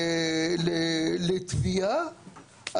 לתביעה,